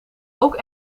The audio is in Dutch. ook